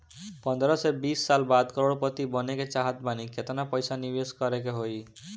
पंद्रह से बीस साल बाद करोड़ पति बने के चाहता बानी केतना पइसा निवेस करे के होई?